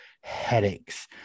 headaches